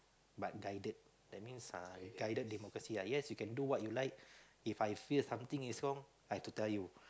but guided that means sia guided democracy ah yes you can do what you like If I feel something is wrong I have to tell you